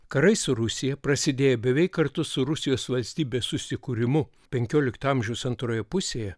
karai su rusija prasidėjo beveik kartu su rusijos valstybės susikūrimu penkiolikto amžiaus antroje pusėje